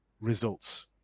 results